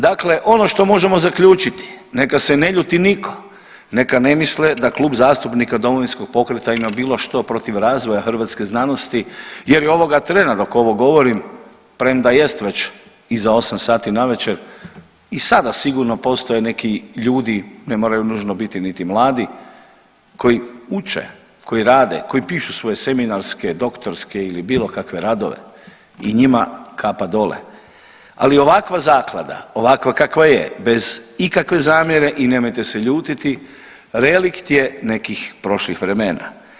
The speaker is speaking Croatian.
Dakle ono što možemo zaključiti, neka se ne ljuti niko, neka ne misle da Klub zastupnika Domovinskog pokreta ima bilo što protiv razvoja hrvatske znanosti jer i ovoga trena dok ovo govorim premda jest već iza 8 sati navečer i sada sigurno postoje neki ljudi, ne moraju nužno biti niti mladi, koji uče, koji rade, koji pišu svoje seminarske, doktorske ili bilo kakve radove i njima kapa dole, ali ovakva zaklada, ovakva kakva je bez ikakve zamjere i nemojte se ljutiti relikt je nekih prošlih vremena.